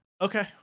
Okay